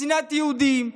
שנאת יהודים,